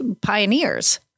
pioneers